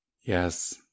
Yes